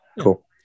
Cool